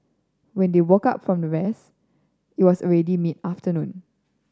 when they woke up from the rest it was already mid afternoon